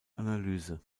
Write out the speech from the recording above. analyse